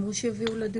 אמרו שיביאו לדיון.